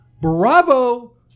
bravo